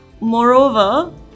moreover